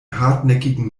hartnäckigen